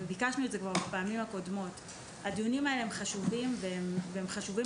וכבר ביקשנו את זה בפעמים הקודמות: הדיונים האלה הם חשובים והם חשובים